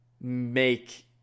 make